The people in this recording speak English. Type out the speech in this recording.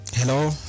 Hello